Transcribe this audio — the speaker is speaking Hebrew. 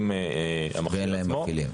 אין להם כלים.